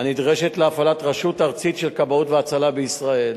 הנדרשת להפעלת רשות ארצית של כבאות והצלה בישראל.